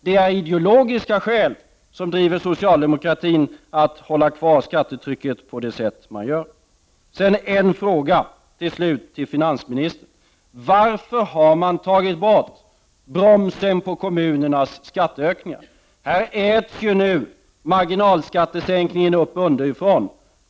Det är ideologiska skäl som gör att socialdemokratin vill ha kvar det höga skattetrycket. Så till slut en fråga till finansministern: Varför har man tagit bort bromsen på kommunernas skatteökningar? Marginalskattesänkningen äts ju nu upp underifrån.